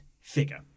figure